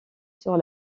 sur